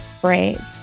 brave